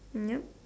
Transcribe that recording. mm yup